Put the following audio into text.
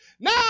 Now